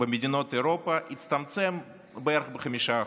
במדינות אירופה הצטמצם בערך ב-5%.